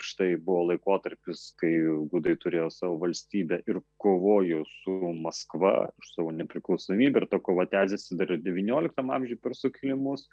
štai buvo laikotarpis kai gudai turėjo savo valstybę ir kovojo su maskva už savo nepriklausomybę ir ta kova tęsėsi dar ir devynioliktam amžiuj per sukilimus